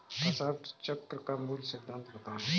फसल चक्र का मूल सिद्धांत बताएँ?